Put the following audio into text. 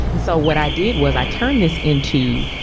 and so what i did was i turned this into,